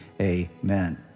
amen